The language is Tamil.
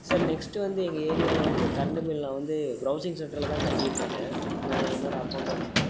சார் நெக்ஸ்ட் வந்து எங்கள் ஏரியாவில் வந்து கரண்ட் பில் நான் வந்து ப்ரௌசிங் சென்டரில் தான் கட்டிக்கிட்டிருக்கேன் நான் என்னோடய அக்கௌண்ட்டை வச்சு தான்